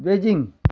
Beijing